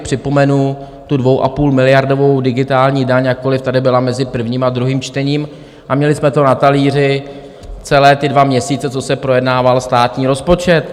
Připomenu tu dvou a půlmiliardovou digitální daň, jakkoli tady byla mezi prvním a druhým čtením, a měli jsme to na talíři celé ty dva měsíce, co se projednával státní rozpočet.